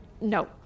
no